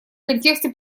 контексте